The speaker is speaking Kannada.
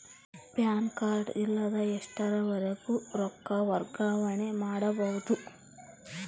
ಪ್ಯಾನ್ ಕಾರ್ಡ್ ಇಲ್ಲದ ಎಷ್ಟರವರೆಗೂ ರೊಕ್ಕ ವರ್ಗಾವಣೆ ಮಾಡಬಹುದು?